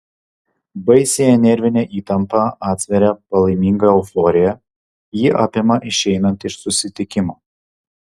baisiąją nervinę įtampą atsveria palaiminga euforija ji apima išeinant iš susitikimo